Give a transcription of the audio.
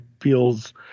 feels